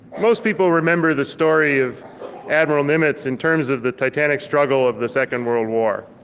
most people remember the story of admiral nimitz in terms of the titanic struggle of the second world war.